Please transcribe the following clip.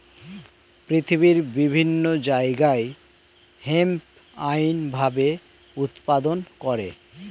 পৃথিবীর বিভিন্ন জায়গায় হেম্প আইনি ভাবে উৎপাদন করে